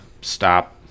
stop